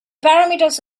parameters